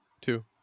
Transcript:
two